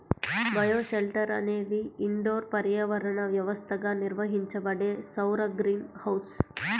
bioshelter అనేది indoor పర్యావరణ వ్యవస్థగా నిర్వహించబడే సౌర గ్రీన్ హౌస్